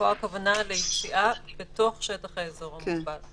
הכוונה פה ליציאה בתוך שטח האזור המוגבל.